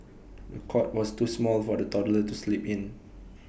the cot was too small for the toddler to sleep in